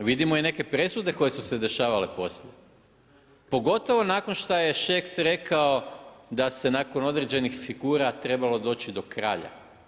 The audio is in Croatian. Vidimo i neke presude koje su se dešavale poslije, pogotovo nakon šta je Šeks rekao da se nakon određenih figura trebalo doći do kralja.